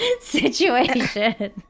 situation